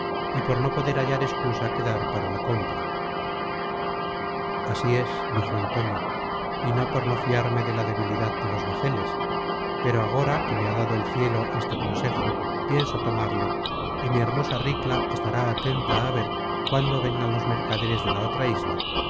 y por no poder hallar excusa que dar para la compra content from google book search generated at así es dijo antonio y no por no fiarme de la debilidad de los bajeles pero agora que me ha dado el cielo este consejo pienso tomarle y mi hermosa ricla estará atenta á ver cuándo vengan los mercaderes de la otra isla